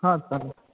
हा चालेल